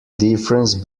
difference